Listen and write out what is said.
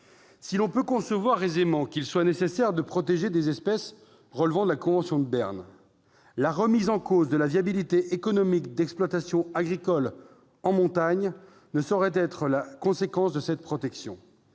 Si l'on peut concevoir aisément qu'il soit nécessaire de protéger des espèces relevant de la convention de Berne, la remise en cause de la viabilité économique d'exploitations agricoles en montagne ne saurait être la conséquence de cette protection.